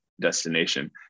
destination